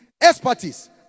expertise